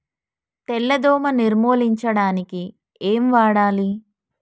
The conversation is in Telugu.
తెల్ల దోమ నిర్ములించడానికి ఏం వాడాలి?